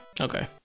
Okay